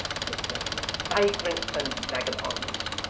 said the gentleman, vagrants and vagabonds.